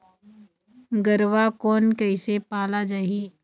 गरवा कोन कइसे पाला जाही?